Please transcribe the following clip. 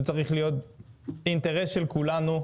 זה צריך להיות אינטרס של כולנו,